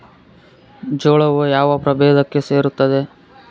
ಜೋಳವು ಯಾವ ಪ್ರಭೇದಕ್ಕೆ ಸೇರುತ್ತದೆ?